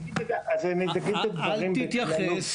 אל תתייחס.